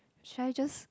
shall I just